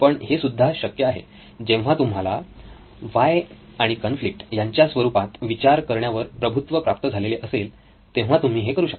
पण हे सुद्धा शक्य आहे जेव्हा तुम्हाला व्हाय आणि कॉन्फ्लिक्ट यांच्या स्वरूपात विचार करण्यावर प्रभुत्व प्राप्त झालेले असेल तेव्हा तुम्ही हे करू शकता